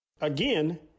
Again